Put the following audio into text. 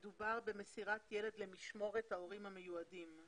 מסירת ילד למשמורת ההורים המיועדים.